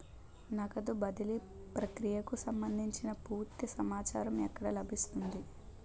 నగదు బదిలీ ప్రక్రియకు సంభందించి పూర్తి సమాచారం ఎక్కడ లభిస్తుంది?